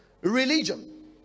religion